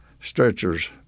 stretchers